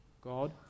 God